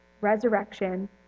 resurrection